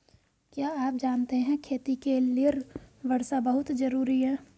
क्या आप जानते है खेती के लिर वर्षा बहुत ज़रूरी है?